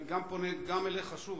אני גם פונה אליך שוב,